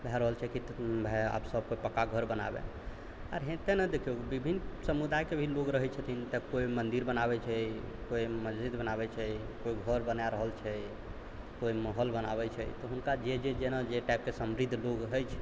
भऽ रहल छै कि भाइ आब सब कोइ पक्काके घर बनाबैए आओर हेतै नै देखिऔ विभिन्न समुदायके भी लोक रहै छथिन तऽ कोइ मन्दिर बनाबै छै कोइ मस्जिद बनाबै छै कोइ घर बना रहल छै कोइ महल बनाबै छै तऽ हुनका जे जे जेना जे टाइपके समृद्ध लोक होइ छै